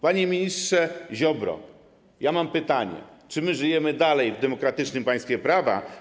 Panie ministrze Ziobro, mam pytanie: Czy my żyjemy dalej w demokratycznym państwie prawa.